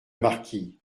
marquis